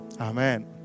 Amen